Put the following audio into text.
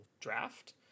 draft